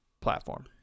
platform